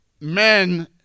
men